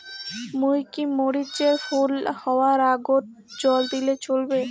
মুই কি মরিচ এর ফুল হাওয়ার আগত জল দিলে চলবে?